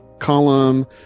column